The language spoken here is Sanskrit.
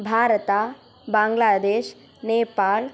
भारतम् बाङ्ग्लादेश् नेपाल्